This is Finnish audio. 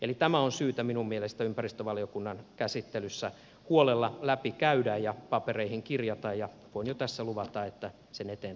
eli tämä on syytä minun mielestäni ympäristövaliokunnan käsittelyssä huolella läpikäydä ja papereihin kirjata ja voin jo tässä luvata että sen eteen tulen tekemään työtä